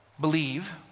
Believe